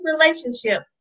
relationship